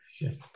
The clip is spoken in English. Yes